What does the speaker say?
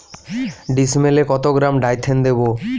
ডিস্মেলে কত গ্রাম ডাইথেন দেবো?